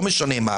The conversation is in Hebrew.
לא משנה.